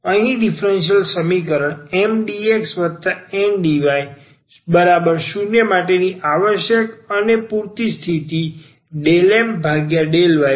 અહીં ડીફરન્સીયલ સમીકરણ MdxNdy0માટેની આવશ્યક અને પૂરતી સ્થિતિ ∂M∂y∂N∂x છે